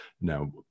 Now